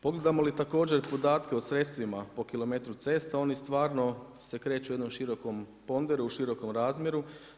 Pogledamo li također podatke o sredstvima po kilometru cesta oni stvarno se kreću u jednom širokom ponderu, u širokom razmjeru.